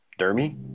Dermy